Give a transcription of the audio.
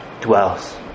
dwells